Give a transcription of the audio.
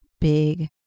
big